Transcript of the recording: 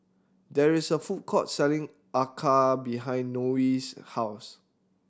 there is a food court selling Acar behind Nonie's house